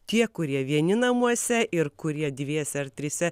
tie kurie vieni namuose ir kurie dviese ar trise